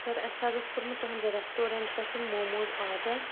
سر اسہِ حظ اوس کوٚرمُت تُہنٛدِ رٮ۪سٹورنٹ پٮ۪ٹھ یِم موموز آرڈر